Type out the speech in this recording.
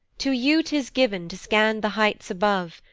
to you tis giv'n to scan the heights above,